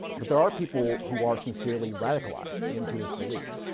but there are people who are sincerely radicalized into this belief.